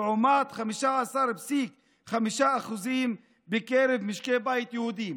לעומת 15.5% בקרב משקי בית יהודיים.